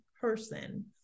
person